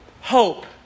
hope